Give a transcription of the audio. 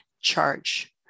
charge